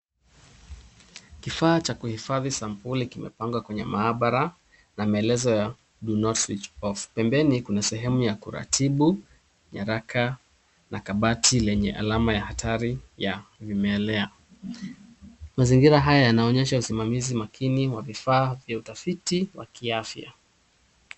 Kifaa cha kuhifadhi sampuli kimepangwa kwenye maabara na maelezo ya do not switch off . Pembeni kuna sehemu ya kuratibu nyaraka na kabati lenye alama ya hatari ya vimelea. Mazingira haya yanaonyesha usimamizi makini wa vifaa vya utafiti wa kiafya.